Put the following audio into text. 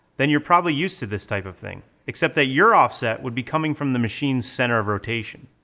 then you're probably used to this type of thing except that your offset would be coming from the machine's center of rotation.